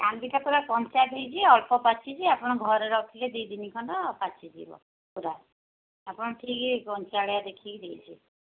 କାନ୍ଧିଟା ପୂରା କଞ୍ଚା ଦେଇଛି ଅଳ୍ପ ପାଚିଛି ଆପଣ ଘରେ ରଖିଲେ ଦୁଇ ଦିନି ଖଣ୍ଡ ପାଚିଯିବ ପୂରା ଆପଣ ଠିକ୍ କଞ୍ଚାଳିଆ ଦେଖିକି ଦେଇଛି